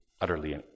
utterly